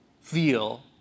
feel